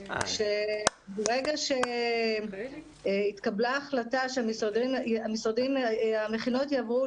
ברגע שהתקבלה החלטה שהמכינות יעברו